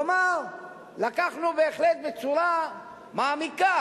כלומר לקחנו, בהחלט בצורה מעמיקה,